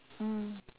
mm